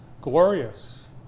glorious